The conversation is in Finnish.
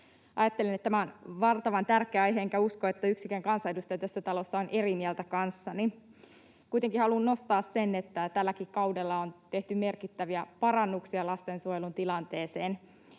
Ajattelen, että tämä on valtavan tärkeä aihe, enkä usko, että yksikään kansanedustaja tässä talossa on eri mieltä kanssani. Kuitenkin haluan nostaa sen, että tälläkin kaudella on tehty merkittäviä parannuksia lastensuojelun tilanteeseen.